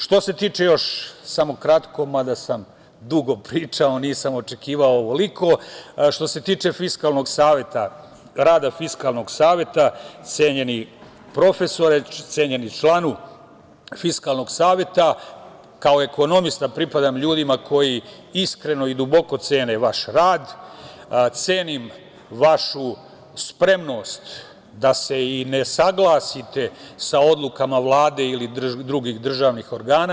Što se tiče, još samo kratko, mada sam dugo pričao, nisam očekivao ovoliko, što se tiče rada Fiskalnog saveta, cenjeni profesore, cenjeni članu Fiskalnog saveta, kao ekonomista pripadam ljudima koji iskreno i duboku cene vaš rad, cenim vašu spremnost da se i ne saglasite sa odlukama Vlade ili drugih državnih organa.